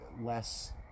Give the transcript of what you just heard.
less